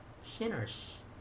sinners